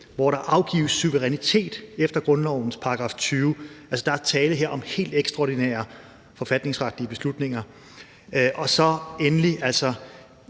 hvor der afgives suverænitet efter grundlovens § 20. Der er altså tale om helt ekstraordinære forfatningsretlige beslutninger. Vi ønsker som